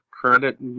credit